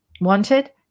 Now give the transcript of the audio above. wanted